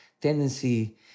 tendency